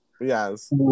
Yes